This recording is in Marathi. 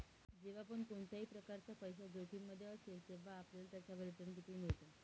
जेव्हा पण कोणत्याही प्रकारचा पैसा जोखिम मध्ये असेल, तेव्हा आपल्याला त्याच्यावर रिटन किती मिळतो?